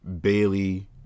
Bailey